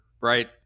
right